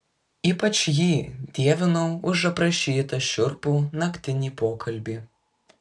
ypač jį dievinau už aprašytą šiurpų naktinį pokalbį